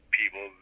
people